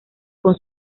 con